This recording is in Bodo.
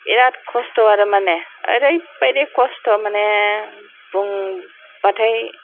बिराथ खस्थ' आरो मानि ओरैबादि खस्थ' मानि बुंबाथाय